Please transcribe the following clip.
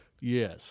yes